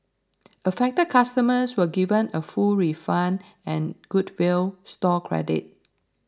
affected customers were given a fool refund and goodwill store credit